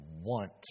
want